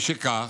משכך,